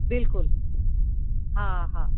बिल्कुलु हा हा